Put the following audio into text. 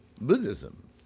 Buddhism